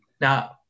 Now